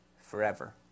forever